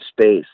space